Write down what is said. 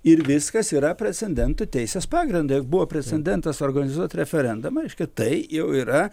ir viskas yra precedentų teisės pagrindui buvo precedentas suorganizuot referendumą reiškia tai jau yra